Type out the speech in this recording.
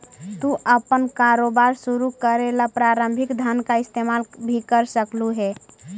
तू अपन कारोबार शुरू करे ला प्रारंभिक धन का इस्तेमाल भी कर सकलू हे